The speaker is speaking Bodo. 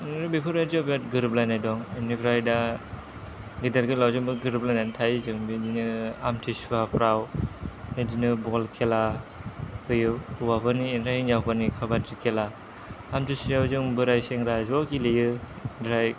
ओरैनो बेफोरबायदियाव बिराद गोरोबलायनाय दं बेनिफ्राय दा गिदिर गोलावजोंबो गोरोबलायनानै थायो जों बिदिनो आम्तिसुवाफोराव बिदिनो बल खेला होयो हौवाफोरनि ओमफ्राय हिन्जावफोरनि खाबादि खेला आमतिसुवायाव जों बोराइ सेंग्रा ज' गेलेयो ओमफ्राय